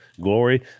glory